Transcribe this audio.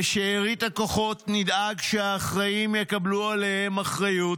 בשארית הכוחות נדאג שהאחראים יקבלו עליהם אחריות.